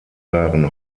waren